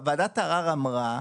ועדת ערר אמרה,